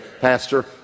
Pastor